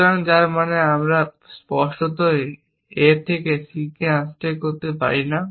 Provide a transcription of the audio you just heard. সুতরাং যার মানে আমরা স্পষ্টতই A থেকে C আনস্ট্যাক করতে পারি না